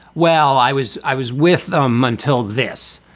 well, i was i was with them until this.